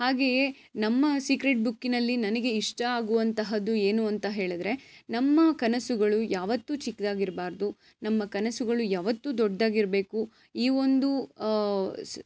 ಹಾಗೆಯೇ ನಮ್ಮ ಸೀಕ್ರೆಟ್ ಬುಕ್ಕಿನಲ್ಲಿ ನನಗೆ ಇಷ್ಟ ಆಗುವಂತಹದ್ದು ಏನು ಅಂತ ಹೇಳಿದರೆ ನಮ್ಮ ಕನಸುಗಳು ಯಾವತ್ತು ಚಿಕ್ಕದಾಗಿರ್ಬಾರ್ದು ನಮ್ಮ ಕನಸುಗಳು ಯಾವತ್ತು ದೊಡ್ದಾಗಿರಬೇಕು ಈ ಒಂದು ಸ್